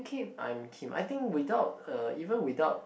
I'm Kim I think without uh even without